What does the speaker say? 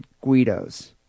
guidos